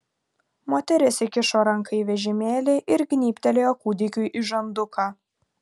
moteris įkišo ranką į vežimėlį ir gnybtelėjo kūdikiui į žanduką